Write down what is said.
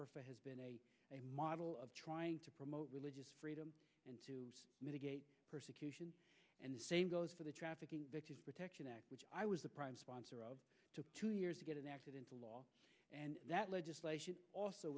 has been a model of trying to promote religious freedom and to mitigate persecution and same goes for the trafficking victims protection act which i was the prime sponsor of took two years to get it into law and that legislation also